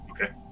Okay